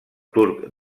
turc